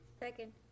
Second